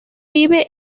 vive